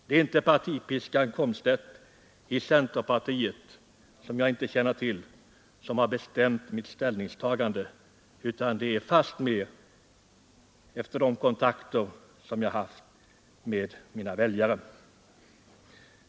Det är inte partipiskan i centerpartiet, herr Komstedt, som har bestämt mitt ställningstagande — och någon sådan piska känner jag inte till — utan det är fastmer de kontakter jag haft med mina väljare.